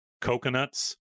coconuts